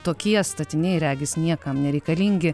tokie statiniai regis niekam nereikalingi